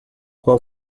qual